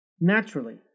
Naturally